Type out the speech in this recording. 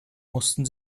mussten